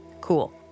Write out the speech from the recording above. Cool